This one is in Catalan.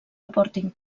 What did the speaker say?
aportin